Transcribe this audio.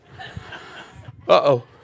Uh-oh